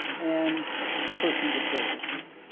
and persons of great need.